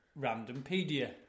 randompedia